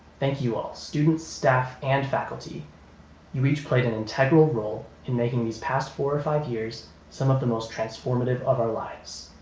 thank you all students, staff, and faculty you each played an integral role in making these past four or five years some of the most transformative of our lives.